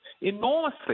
enormously